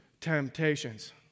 temptations